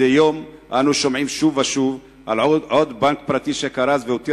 מדי יום אנו שומעים שוב ושוב על עוד בנק פרטי שקרס והותיר